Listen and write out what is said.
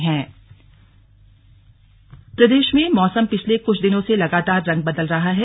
मौसम प्रदेश में मौसम पिछले कुछ दिनों से लगातार रंग बदल रहा है